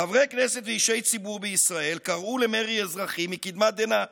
חברי כנסת ואישי ציבור בישראל קראו למרי אזרחי מקדמת דנא.